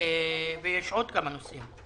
ויש עוד כמה נושאים.